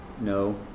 no